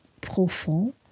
profond